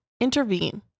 intervene